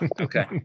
okay